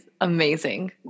amazing